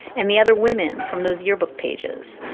and the other women from those yearbook pages